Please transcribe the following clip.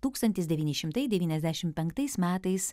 tūkstantis devyni šimtai devyniasdešim penktais metais